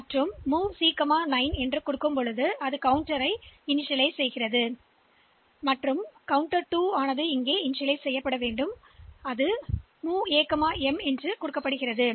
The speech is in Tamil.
எனவே இது துவக்கப்படும் பின்னர் நாம் MOV C 09H இதை கவுண்டர் 2 ஐ துவக்கினோம் மற்ற கவுண்டரும் ஒரு MOV A M ஐ துவக்குகிறது